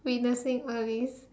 we in the same oh really